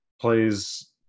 plays